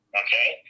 okay